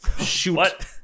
shoot